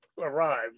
arrived